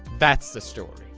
that's the story.